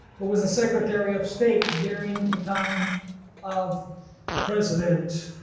who was the secretary of state during the time of president